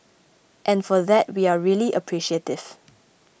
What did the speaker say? and for that we are really appreciative